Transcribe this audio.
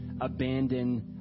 abandon